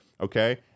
Okay